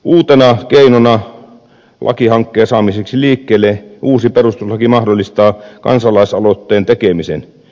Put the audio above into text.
uutena keinona lakihankkeen saamiseksi liikkeelle uusi perustuslaki mahdollistaa kansalaisaloitteen tekemisen